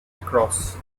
across